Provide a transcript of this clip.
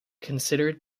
considered